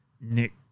Nick